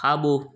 खाॿो